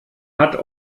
hat